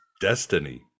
destiny